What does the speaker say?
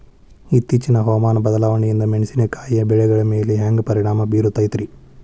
ಇತ್ತೇಚಿನ ಹವಾಮಾನ ಬದಲಾವಣೆಯಿಂದ ಮೆಣಸಿನಕಾಯಿಯ ಬೆಳೆಗಳ ಮ್ಯಾಲೆ ಹ್ಯಾಂಗ ಪರಿಣಾಮ ಬೇರುತ್ತೈತರೇ?